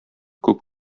күк